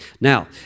Now